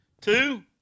two